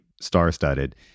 star-studded